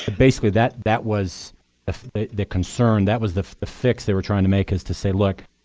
ah basically that that was the concern. that was the the fix they were trying to make is to say look,